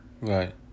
right